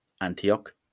Antioch